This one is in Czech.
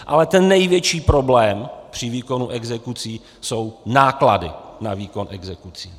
Ale ten největší problém při výkonu exekucí jsou náklady na výkon exekucí.